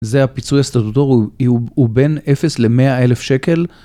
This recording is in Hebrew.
זה הפיצוי הסטטוטורי, הוא בין 0 ל-100,000 שקל.